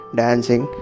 dancing